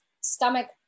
stomach